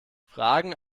fragen